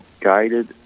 guided